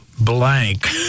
blank